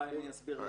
הסברת